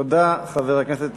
תודה, חבר הכנסת